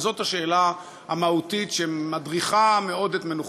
וזאת השאלה המהותית שמדריכה מאוד את מנוחתי: